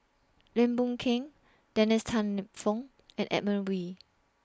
Lim Boon Keng Dennis Tan Lip Fong and Edmund Wee